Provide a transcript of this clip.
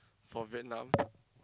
for Vietnam